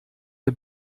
der